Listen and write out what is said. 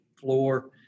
floor